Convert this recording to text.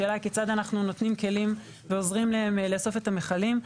השאלה היא כיצד אנחנו נותנים כלים ועוזרים להם לאסוף את המכלים.